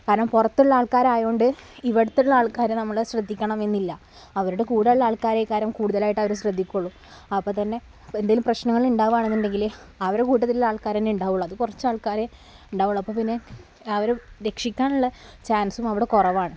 കാരണം പുറത്തുള്ള ആൾക്കാർ ആയത്കൊണ്ട് ഇവിടെയുള്ള ആൾക്കാർ നമ്മള് ശ്രദ്ധിക്കണം എന്നില്ല അവരുടെ കൂടെയുള്ള ആൾക്കാരേക്കാളും കൂടുതലായിട്ട് അവർ ശ്രദ്ധിക്കുകയുള്ളു അപ്പം തന്നെ എന്തെങ്കിലും പ്രശ്നനങ്ങൾ ഉണ്ടാവണമെന്നുണ്ടെങ്കിൽ അവരെ കൂട്ടത്തിൽ ആൾക്കാർ തന്നെ ഉണ്ടാവുകയുള്ളൂ അത് കുറച്ച് ആൾക്കാരെ ഉണ്ടാവുകയുള്ളൂ അപ്പം പിന്നെ അവർ രക്ഷിക്കാനുള്ള ചാൻസും അവിടെ കുറവാണ്